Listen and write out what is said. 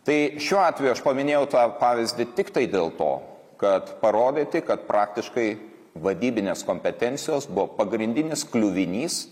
tai šiuo atveju aš paminėjau tą pavyzdį tiktai dėl to kad parodyti kad praktiškai vadybinės kompetencijos buvo pagrindinis kliuvinys